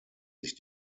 sich